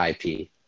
ip